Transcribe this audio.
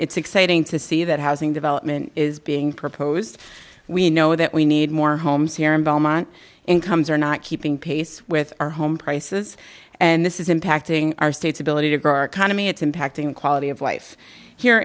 it's exciting to see that housing development is being proposed we know that we need more homes here in belmont incomes are not keeping pace with our home prices and this is impacting our state's ability to grow our economy it's impacting quality of life here